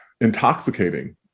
intoxicating